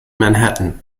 manhattan